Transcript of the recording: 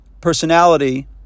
personality